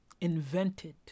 invented